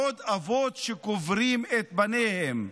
עוד אבות שקוברים את בניהם,